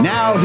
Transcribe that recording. Now